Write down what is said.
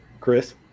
Chris